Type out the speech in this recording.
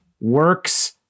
works